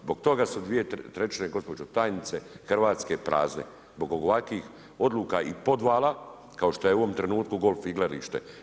Zbog toga su 2/3 gospođo tajnice Hrvatske prazne, zbog ovakvih odluka i podvala kao što je u ovom trenutku golf igralište.